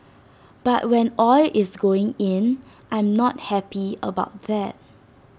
but when oil is going in I'm not happy about that